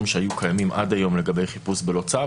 שהיו קיימים עד היום לגבי חיפוש בלא צו,